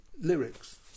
lyrics